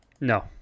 no